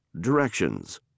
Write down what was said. Directions